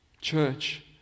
Church